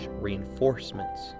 reinforcements